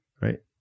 right